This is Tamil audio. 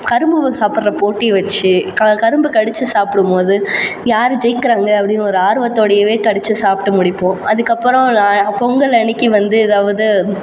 கரும்பு சாப்பிட்ற போட்டி வச்சு க கரும்பு கடித்து சாப்பிடும் போது யார் ஜெயிக்கிறாங்க அப்படின்னு ஒரு ஆர்வத்தோடையவே கடித்து சாப்பிட்டு முடிப்போம் அதுக்கு அப்புறம் பொங்கல் அன்றைக்கி வந்து ஏதாவது